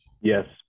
Yes